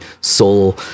soul